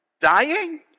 dying